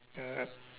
ya